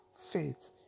faith